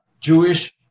Jewish